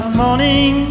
morning